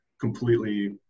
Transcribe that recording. completely